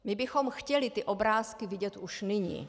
My bychom chtěli ty obrázky vidět už nyní.